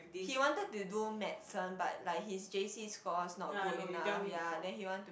he wanted to do medicine but like his J_C scores not good enough yea then he want to